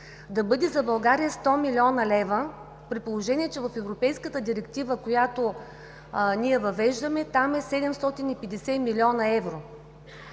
да бъде за България 100 млн. лв., при положение че в Европейската директива, която ние въвеждаме, е 750 млн. евро?